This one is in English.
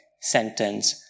Sentence